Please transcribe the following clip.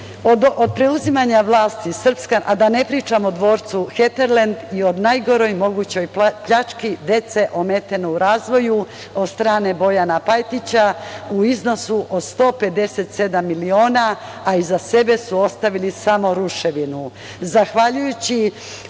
u dečijem vrtiću. Da ne pričam o dvorcu Heterlend i o najgoroj mogućoj pljački dece ometene u razvoju od strane Bojana Pajtića u iznosu od 157 miliona, a iza sebe su ostavili samo ruševinu.